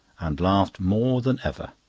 and laughed more than ever.